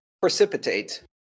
Precipitate